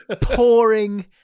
pouring